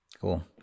Cool